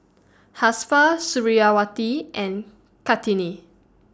Suriawati and Kartini